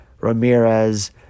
Ramirez